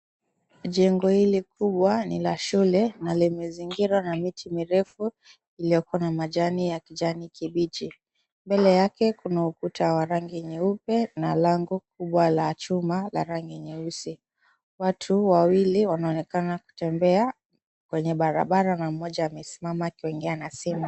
Jengo hili kubwa ni la shule na limezingirwa na miti mirefu iliyoko na majani ya kijani kibichi. Mbele yake kuna ukuta wa rangi nyeupe na lango kubwa la chuma la rangi nyeusi. Watu wawili wanaoonekana kutembea kwenye barabara na mmoja amesimama akiongea na simu.